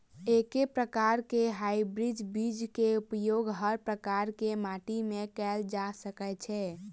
एके प्रकार केँ हाइब्रिड बीज केँ उपयोग हर प्रकार केँ माटि मे कैल जा सकय छै?